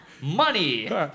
Money